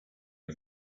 out